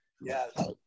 Yes